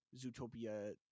Zootopia